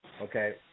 Okay